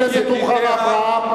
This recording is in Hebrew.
חברת הכנסת רוחמה אברהם,